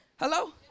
Hello